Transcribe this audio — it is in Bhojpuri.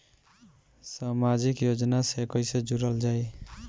समाजिक योजना से कैसे जुड़ल जाइ?